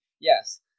Yes